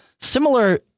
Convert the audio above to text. Similar